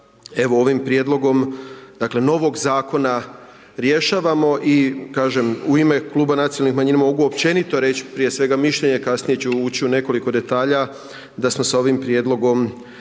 evo ovim prijedlogom dakle novog zakona rješavamo. I kažem, u ime kluba nacionalnih manjina mogu općenito reći prije svega mišljenje, kasnije ću ući u nekoliko detalja da smo sa ovim prijedlogom zadovoljni.